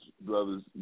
brothers